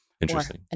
Interesting